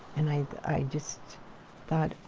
and i just thought,